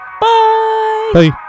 Bye